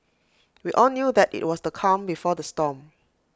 we all knew that IT was the calm before the storm